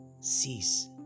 cease